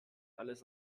alles